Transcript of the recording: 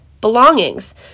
belongings